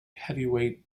heavyweight